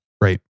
Right